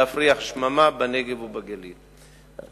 להפריח שממה בנגב ובגליל.